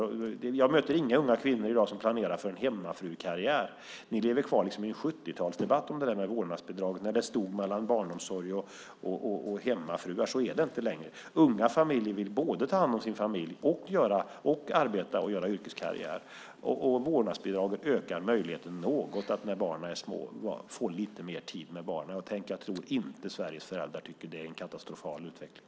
Jag möter inga unga kvinnor i dag som planerar för en hemmafrukarriär. Ni lever kvar i en 70-talsdebatt om vårdnadsbidraget när det stod mellan barnomsorg och hemmafruar. Så är det inte längre. Unga familjer vill både ta hand om sin familj och arbeta och göra yrkeskarriär. Vårdnadsbidraget ökar möjligheten något för föräldrarna att när barnen är små få lite mer tid för dem. Jag tror inte att Sveriges föräldrar tycker att det är en katastrofal utveckling.